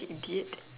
idiot